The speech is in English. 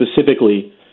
specifically